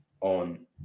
on